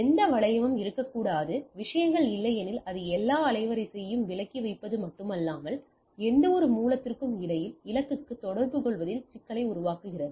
எந்த வளையமும் இருக்கக்கூடாது விஷயங்கள் இல்லையெனில் அது எல்லா அலைவரிசையையும் விலக்கி வைப்பது மட்டுமல்லாமல் எந்தவொரு மூலத்திற்கும் இடையில் இலக்குக்கு தொடர்புகொள்வதில் சிக்கலை உருவாக்குகிறது